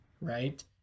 Right